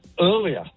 earlier